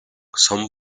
some